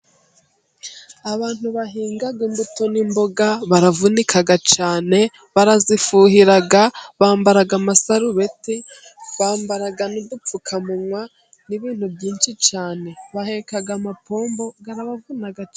Abantu bahinga imbuto n'imboga baravunika cyane, barazifuhira, bambara amasarubeti, bambara n'udupfukamunwa n'ibintu byinshi cyane, baheka amapombo arabaravuna cy...